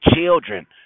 children